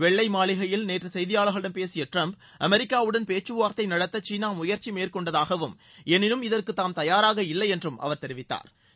வெள்ளைமாளிகையில் நேற்று செய்தியாளர்களிடம் பேசிய டிரம்ப் அமெரிக்காவுடன் பேச்சுவார்தை நடத்த சீனா முயற்சி மேற்கொண்டதாகவும் எனினும் இதற்கு தாம் தயாராக இல்லை என்றும் அவா தெரிவித்தாா்